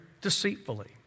deceitfully